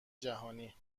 جهانی